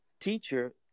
teacher